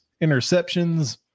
interceptions